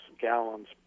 gallons